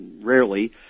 rarely